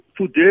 today